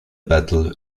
battle